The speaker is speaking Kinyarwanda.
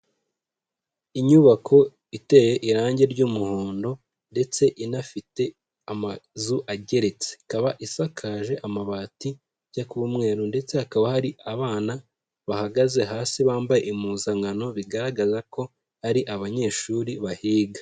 Inyubako iteye irangi ry'umuhondo ndetse inafite amazu ageretse, ikaba isakaje amabati ajya kuba umweru ndetse hakaba hari abana bahagaze hasi bambaye impuzankano, bigaragaza ko ari abanyeshuri bahiga.